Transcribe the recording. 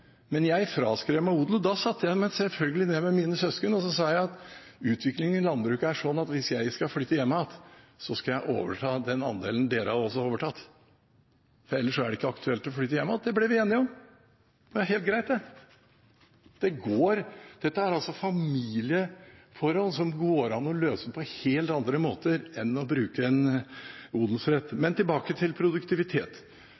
men jeg fraskrev meg odel, og da satte jeg meg selvfølgelig ned sammen med mine søsken og sa at utviklingen i landbruket er sånn at hvis jeg skal flytte hjem igjen, skal jeg overta den andelen dere også har overtatt, for ellers er det ikke aktuelt å flytte hjem igjen. Det ble vi enige om. Det er helt greit, det. Dette er familieforhold som det går an å løse på helt andre måter enn å bruke en odelsrett.